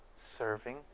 serving